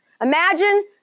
Imagine